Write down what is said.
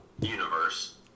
universe